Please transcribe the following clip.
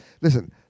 Listen